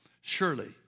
Surely